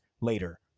later